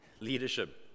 leadership